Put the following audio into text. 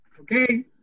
Okay